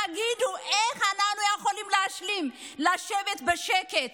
תגידו, איך אנחנו יכולים להשלים, לשבת בשקט?